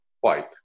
white